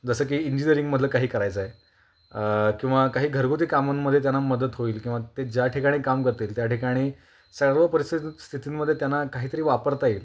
जसं की इंजिनीयरिंगमधलं काही करायचं आहे किंवा काही घरगुती कामांमध्ये त्यांना मदत होईल किंवा ते ज्या ठिकाणी काम करतील त्या ठिकाणी सर्व परिस्थितीत स्थितींमध्ये त्यांना काहीतरी वापरता येईल